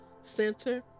Center